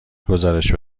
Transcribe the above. گزارش